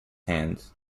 hands